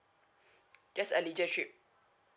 just a leisure trip